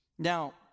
Now